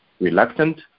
reluctant